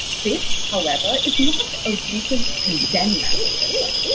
this, however, is not a reason to condemn nationalism.